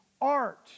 art